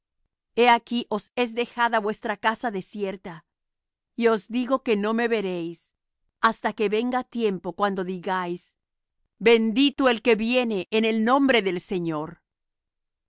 he aquí os es dejada vuestra casa desierta y os digo que no me veréis hasta que venga tiempo cuando digáis bendito el que viene en nombre del señor